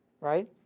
Right